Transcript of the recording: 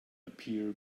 appear